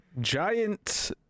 giant